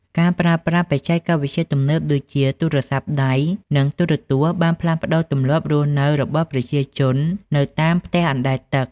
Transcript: ការប្រើប្រាស់បច្ចេកវិទ្យាទំនើបដូចជា ទូរសព្ទដៃ និងទូរទស្សន៍ បានផ្លាស់ប្តូរទម្លាប់រស់នៅរបស់ប្រជាជននៅតាមផ្ទះអណ្ដែតទឹក។